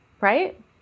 right